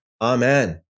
Amen